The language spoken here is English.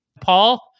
Paul